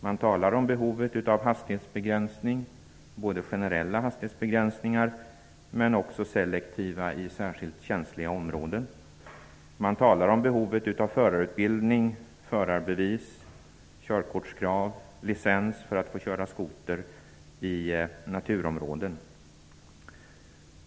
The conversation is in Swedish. Man talar om behovet av hastighetsbegränsningar, både generella och selektiva i särskilt känsliga områden. Det talas om behovet av förarutbildning och förarbevis och om körkortskrav och licens för att man skall få köra skoter i naturområden.